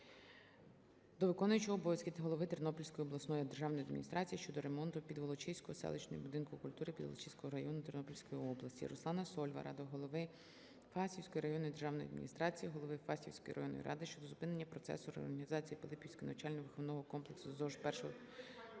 до виконуючого обов'язки голови Тернопільської обласної державної адміністрації щодо ремонту Підволочиського селищного будинку культури Підволочиського району Тернопільської області. Руслана Сольвара до голови Фастівської районної державної адміністрації, голови Фастівської районної ради щодо зупинення процесу реорганізації Пилипівського навчально-виховного комплексу "ЗОШ І-ІІІ